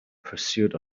pursuit